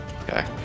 Okay